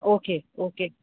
okay okay